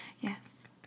Yes